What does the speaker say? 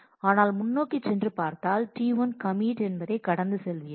ஆனால் முன்னோக்கி சென்று பார்த்தால் T1 commit என்பதை கடந்து செல்வீர்கள்